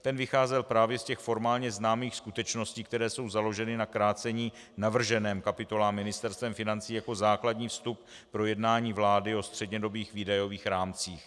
Ten vycházel právě z těch formálně známých skutečností, které jsou založeny na krácení navrženém kapitolám Ministerstvem financí jako základní vstup pro jednání vlády o střednědobých výdajových rámcích.